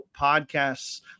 podcasts